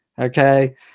Okay